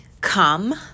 come